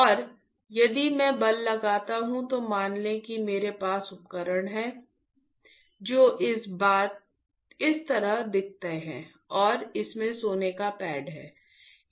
और यदि मैं बल लगाता हूं तो मान लें कि मेरे पास उपकरण हैं मेरे पास एक उपकरण है जो इस तरह दिखता है और इसमें सोने का पैड है